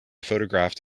photographed